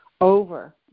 over